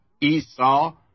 Esau